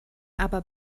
aber